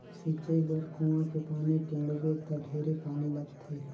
सिंचई बर कुआँ के पानी टेंड़बे त ढेरे पानी लगथे